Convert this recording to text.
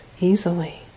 easily